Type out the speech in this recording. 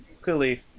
Clearly